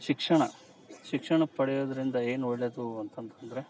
ಶಿಕ್ಷಣ ಶಿಕ್ಷಣ ಪಡೆಯೋದರಿಂದ ಏನು ಒಳ್ಳೆದು ಅಂತಂತಂದರೆ